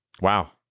Wow